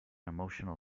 emotional